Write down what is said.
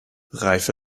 reife